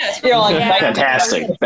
Fantastic